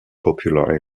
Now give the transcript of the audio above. popular